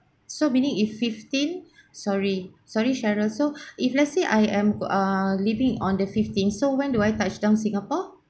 so meaning if fifteenth sorry sorry cheryl so if let's say I am err leaving on the fifteenth so when do I touchdown singapore